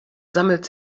sammelt